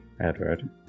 Edward